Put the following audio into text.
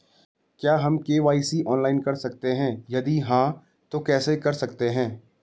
क्या हम KYC online करा सकते हैं यदि हाँ तो कैसे करा सकते हैं?